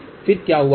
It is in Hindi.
फिर क्या हुआ होगा